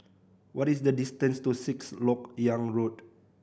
what is the distance to Sixth Lok Yang Road